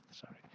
sorry